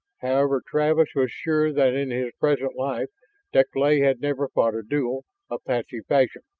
however, travis was sure that in his present life deklay had never fought a duel apache fashion.